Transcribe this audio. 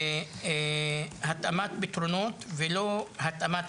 התאמת פתרונות ולא התאמת החברה,